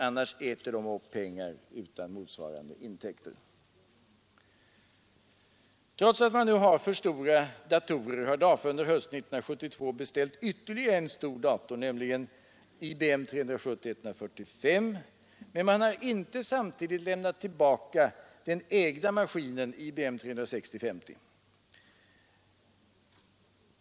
Annars äter de upp pengar utan motsvarande intäkter. Trots att man nu har för stora datorer har DAFA under hösten 1972 beställt ytterligare en stor dator, nämligen IBM 370 50.